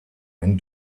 when